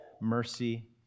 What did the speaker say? mercy